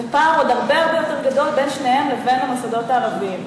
ופער עוד הרבה הרבה יותר גדול בין שניהם לבין המוסדות הערביים.